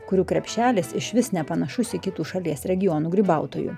kurių krepšelis išvis nepanašus į kitų šalies regionų grybautojų